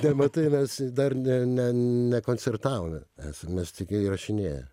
te matai mes dar ne nekoncertavome esam mes tik įrašinėję